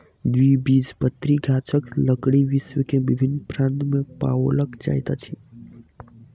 द्विबीजपत्री गाछक लकड़ी विश्व के विभिन्न प्रान्त में पाओल जाइत अछि